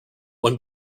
when